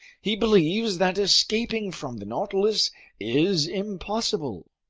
he believes that escaping from the nautilus is impossible.